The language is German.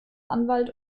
anwalt